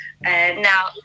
now